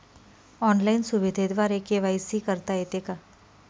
Online सुविधेद्वारे KYC करता येते का?